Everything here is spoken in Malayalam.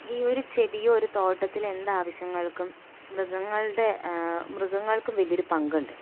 ഈ ഒരു ചെടിയോ ഒരു തോട്ടത്തില് എന്താവശ്യങ്ങൾക്കും മൃഗങ്ങളുടെ മൃഗങ്ങൾക്കും വലിയൊരു പങ്കുണ്ട്